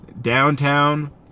downtown